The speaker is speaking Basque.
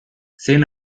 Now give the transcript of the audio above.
zein